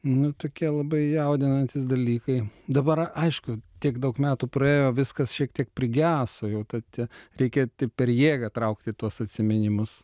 nu tokie labai jaudinantys dalykai dabar aišku tiek daug metų praėjo viskas šiek tiek prigeso jau ta tie reikia tai per jėgą traukti tuos atsiminimus